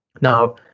now